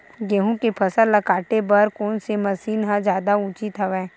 गेहूं के फसल ल काटे बर कोन से मशीन ह जादा उचित हवय?